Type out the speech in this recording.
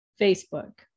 Facebook